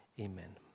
Amen